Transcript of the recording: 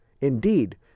Indeed